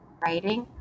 writing